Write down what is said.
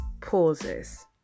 pauses